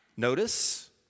Notice